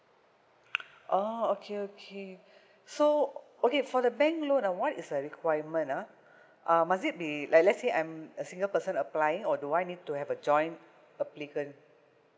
orh okay okay so okay for the bank loan ah what is the requirement lah uh must it be like let's say I'm a single person applying or do I need to have a joint applicant